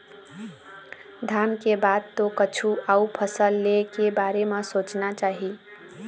धान के बाद तो कछु अउ फसल ले के बारे म सोचना चाही